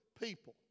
people